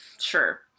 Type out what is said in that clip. Sure